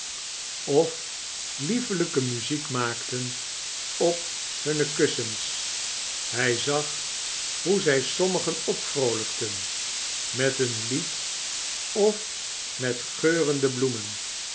of liefelijke muziek maakten op hunne kussens hij zag hoe zij sommigen opvroolijkten met een lied of met geurende bloemen